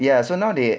ya so now they